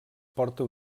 porta